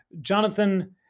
Jonathan